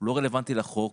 הוא לא רלוונטי לחוק.